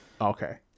Okay